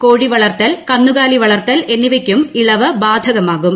കോഴി വളർത്തൽ കന്നുകാലി വളർത്തൽ എന്നിവയ്ക്കും ഇളവ് ബാധകമാകും